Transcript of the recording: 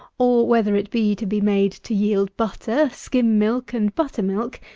or whether it be to be made to yield butter, skim-milk, and buttermilk,